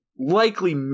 likely